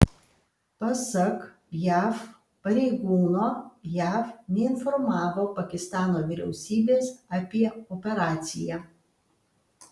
pasak jav pareigūno jav neinformavo pakistano vyriausybės apie operaciją